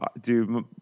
Dude